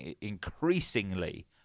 increasingly